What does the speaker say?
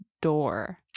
door